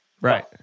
Right